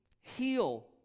heal